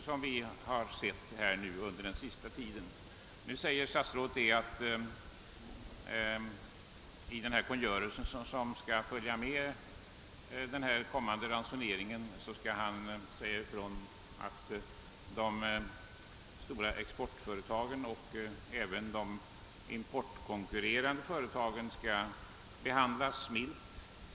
Statsrådet Wickman säger att han i kungörelsen om ransoneringen skall säga ifrån att de stora exportföretagen och även de importkonkurrerande företagen skall behandlas milt.